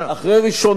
אחרי ראשונה.